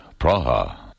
Praha